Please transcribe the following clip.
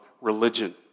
religion